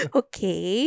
okay